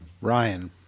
Ryan